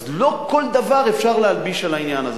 אז לא כל דבר אפשר להלביש על העניין הזה.